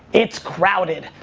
it's crowded.